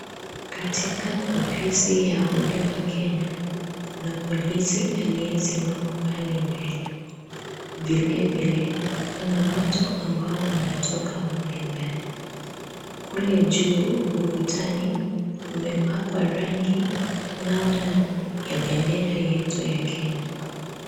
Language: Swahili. Katika ofisi ya Huduma Kenya, kuna polisi aliyesimama pale mbele. Vile vile, kuna watu ambao wanatoka mle ndani. Kule juu, ukutani, umepakwa rangi namna ya bendera yetu ya Kenya.